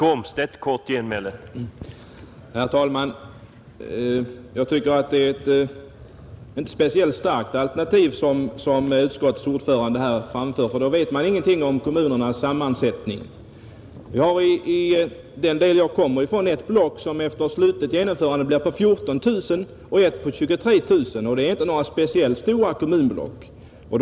Herr talman! Jag tycker inte att det var några speciellt starka argument som utskottets ordförande här anförde, Den som argumenterar så vet ingenting om kommunernas sammansättning. I den del av landet som jag kommer ifrån har vi ett block som efter sammanslagningen kommer att bestå av 14 000 personer och ett annat block med 23 000 invånare, och det är väl ändå inte några speciellt stora kommunblock.